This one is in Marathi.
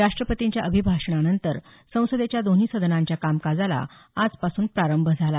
राष्टपतींच्या अभिभाषणानंतर संसदेच्या दोन्ही सदनांच्या कामकाजाला आजपासून प्रारंभ झाला